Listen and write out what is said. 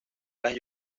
las